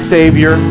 Savior